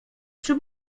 przy